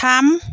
थाम